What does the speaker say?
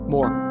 More